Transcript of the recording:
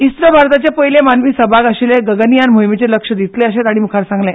इस्रो भारताचे पयले मानवी सहभाग आशिल्ले गगनयान मोहिमेचेर लक्ष दितले अशे ताणे मुखार सांगले